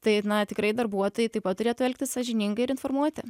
tai tikrai darbuotojai taip pat turėtų elgtis sąžiningai ir informuoti